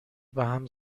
بهم